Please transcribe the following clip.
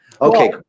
Okay